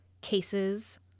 cases